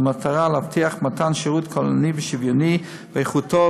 במטרה להבטיח מתן שירות כוללני ושוויוני באיכותו